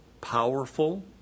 powerful